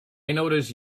notice